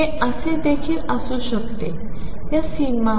हे असे देखील असू शकते या सीमा आहेत